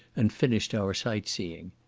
and finished our sight-seeing.